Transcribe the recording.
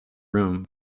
room